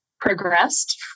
progressed